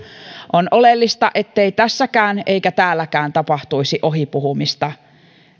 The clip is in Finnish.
on oleellista ettei tässäkään eikä täälläkään tapahtuisi ohi puhumista